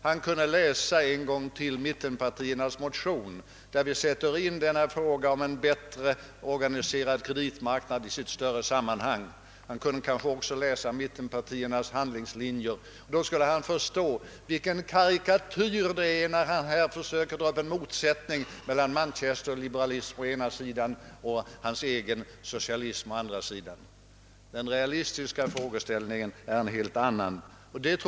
Han kunde gärna ännu en gång läsa mittenpartiernas motion där vi sätter in denna fråga om en bättre organiserad kreditmarknad i sitt större sammanhang. Han kunde kanske också läsa om mittenpartiernas handlingslinjer. Då skulle han förstå vilken karikatyr han gör sig skyldig till när han försöker belysa vår inställning genom att påvisa en motsättning mellan Manchester-liberalismen å ena sidan och hans egen socialism å den andra. Den realistiska frågeställningen är en helt annan. Det gäller en avvägning.